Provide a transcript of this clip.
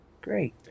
great